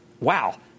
wow